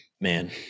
man